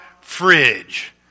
fridge